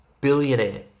billionaire